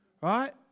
Right